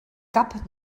cap